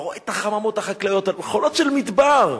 אתה רואה את החממות החקלאיות בחולות של מדבר.